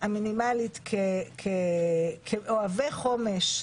המינימלית כאוהבי חומש מילאנו,